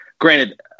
granted